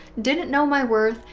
didn't know my worth,